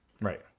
Right